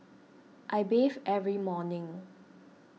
I bathe every morning